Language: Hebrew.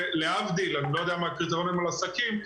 אני לא יודע מה הקריטריונים לעסקים,